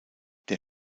der